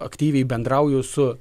aktyviai bendrauju su